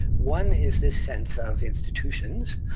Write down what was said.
one is this sense of institutions,